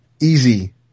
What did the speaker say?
easy